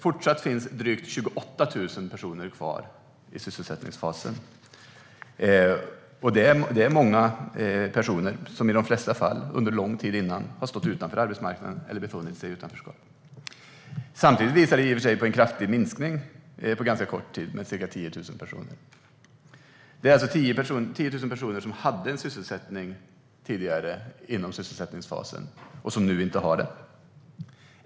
Fortsatt finns drygt 28 000 personer kvar i sysselsättningsfasen. Det är många personer, som i de flesta fall under lång tid har stått utanför arbetsmarknaden eller befunnit sig i utanförskap. Samtidigt visar man i och för sig på en kraftig minskning med 10 000 personer under ganska kort tid. Det är alltså 10 000 personer som tidigare hade en sysselsättning inom sysselsättningsfasen och som nu inte har det.